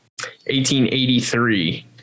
1883